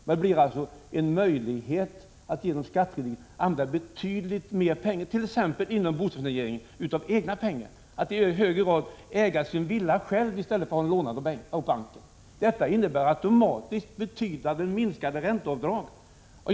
Det blir alltså möjligt att genom skattelindring använda betydligt mer av egna pengar till exempelvis bostadsfinansiering. Man kani högre grad själv äga sin villa i stället för att ha den belånad i bank. Detta leder automatiskt till minskade ränteavdrag i betydande omfattning.